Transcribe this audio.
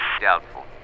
Doubtful